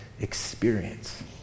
experience